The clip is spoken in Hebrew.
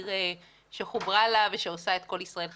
עיר שחוברה לה ושעושה את כל ישראל חברים,